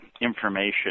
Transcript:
information